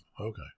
Okay